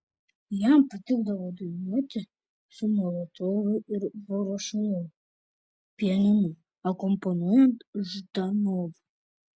jam patikdavo dainuoti su molotovu ir vorošilovu pianinu akompanuojant ždanovui